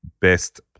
best